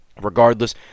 regardless